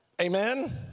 Amen